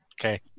Okay